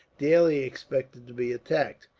daily expected to be attacked,